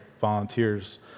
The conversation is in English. volunteers